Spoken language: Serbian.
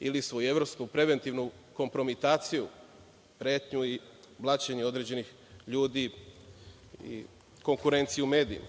ili svojevrsnu, preventivnu kompromitaciju, pretnju i blaćenje određenih ljudi i konkurencije